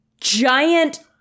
giant